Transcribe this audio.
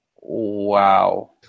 Wow